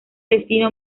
destino